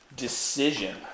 Decision